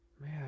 Man